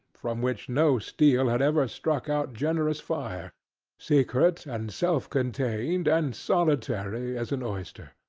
from which no steel had ever struck out generous fire secret, and self-contained, and solitary as an oyster.